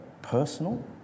personal